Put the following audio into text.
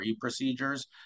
procedures